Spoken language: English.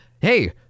hey